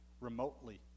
remotely